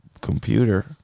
Computer